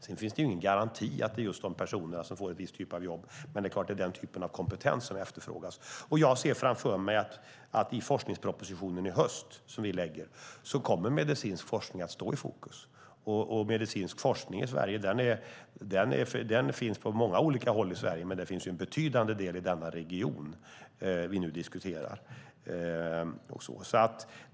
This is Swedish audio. Sedan finns det ingen garanti för att det är just de personerna som får en viss typ av jobb, men det är klart att det är den typen av kompetens som efterfrågas. Jag ser framför mig att i forskningspropositionen som vi lägger fram i höst kommer medicinsk forskning att stå i fokus. Medicinsk forskning finns på många olika håll i Sverige, men det finns en betydande del i den region vi nu diskuterar.